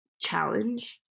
challenge